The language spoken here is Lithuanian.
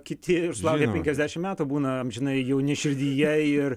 kiti ir sulaukę penkiasdešim metų būna amžinai jauni širdyje ir